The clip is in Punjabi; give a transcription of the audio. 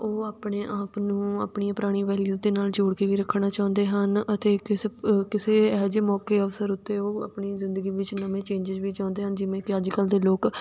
ਉਹ ਆਪਣੇ ਆਪ ਨੂੰ ਆਪਣੀਆਂ ਪੁਰਾਣੀਆਂ ਵੈਲਿਊਜ ਦੇ ਨਾਲ ਜੋੜ ਕੇ ਵੀ ਰੱਖਣਾ ਚਾਹੁੰਦੇ ਹਨ ਅਤੇ ਕਿਸੇ ਕਿਸੇ ਇਹੋ ਜਿਹੇ ਮੌਕੇ ਅਵਸਰ ਉੱਤੇ ਉਹ ਆਪਣੀ ਜ਼ਿੰਦਗੀ ਵਿੱਚ ਨਵੇਂ ਚੇਂਜਿਜ਼ ਵੀ ਚਾਹੁੰਦੇ ਹਨ ਜਿਵੇਂ ਕਿ ਅੱਜ ਕੱਲ੍ਹ ਦੇ ਲੋਕ